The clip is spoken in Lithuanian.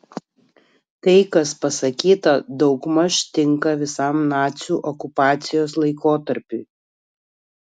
tai kas pasakyta daugmaž tinka visam nacių okupacijos laikotarpiui